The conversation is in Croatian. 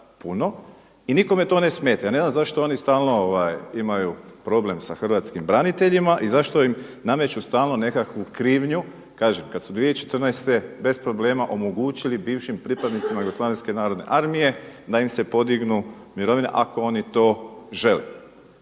puno i nikome to ne smeta. Ja ne znam zašto oni stalno imaju problem sa hrvatskim braniteljima i zašto im nameću stalno nekakvu krivnju kažem kad su 2014. bez problema omogućili bivšim pripadnicima JNA da im se podignu mirovine ako oni to žele.